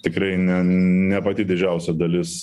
tikrai ne ne pati didžiausia dalis